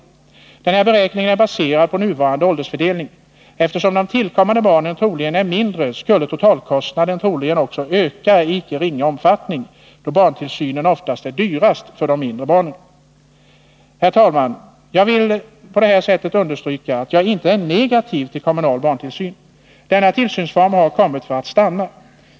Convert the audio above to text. Denna beräkning är baserad på nuvarande åldersfördelning. Eftersom de tillkommande barnen troligen är i de lägre åldrarna skulle totalkostnaden förmodligen öka i icke ringa omfattning, då barntillsynen oftast är dyrast för de mindre barnen. Herr talman! Jag vill på detta sätt understryka att jag inte är negativ till kommunal barntillsyn. Denna tillsynsform har kommit för att stanna.